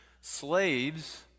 slaves